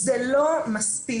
זה לא מספיק.